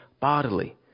bodily